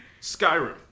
skyrim